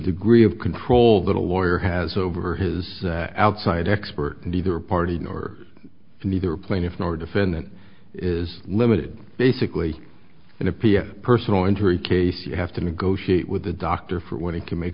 degree of control that a lawyer has over his outside expert neither party nor neither plaintiff nor defendant is limited basically in a p f personal injury case you have to negotiate with the doctor for when he can make